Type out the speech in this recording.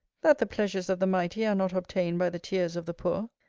that the pleasures of the mighty are not obtained by the tears of the poor.